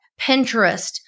Pinterest